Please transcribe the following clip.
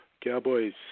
Cowboys